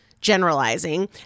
generalizing